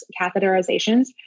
catheterizations